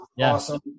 Awesome